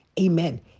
Amen